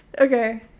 Okay